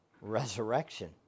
Resurrection